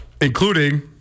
including